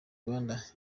rwanda